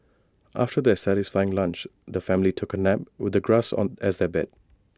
after their satisfying lunch the family took A nap with the grass as their bed